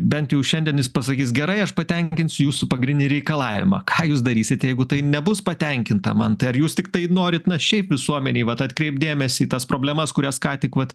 bent jau šiandien jis pasakys gerai aš patenkinsiu jūsų pagrinį reikalavimą ką jūs darysit jeigu tai nebus patenkinta mantai ar jūs tiktai norit na šiaip visuomenėj vat atkreipti dėmesį į tas problemas kurias ką tik vat